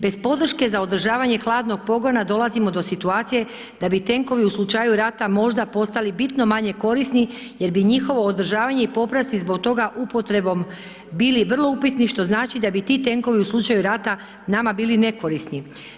Bez podrške za održavanje hladnog pogona dolazimo do situacije da bi tenkovi u slučaju rata možda postali bitno manje korisni jer bi njihovo održavanje i popravci zbog toga upotrebom bili vrlo upitni što znači da bi ti tenkovi u slučaju rata nama bili nekorisni.